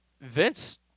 Vince